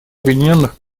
объединенных